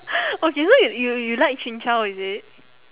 okay so you you like chin-chow is it